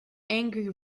angry